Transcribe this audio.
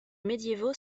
médiévaux